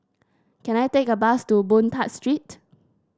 can I take a bus to Boon Tat Street